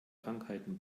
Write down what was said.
krankheiten